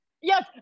yes